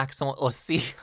aussi